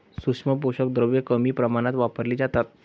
सूक्ष्म पोषक द्रव्ये कमी प्रमाणात वापरली जातात